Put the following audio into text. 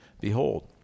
Behold